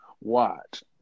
Watch